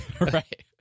right